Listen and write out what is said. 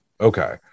Okay